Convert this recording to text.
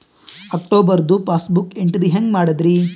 ಅಕ್ಟೋಬರ್ದು passbook entry ಹೆಂಗ್ ಮಾಡದ್ರಿ?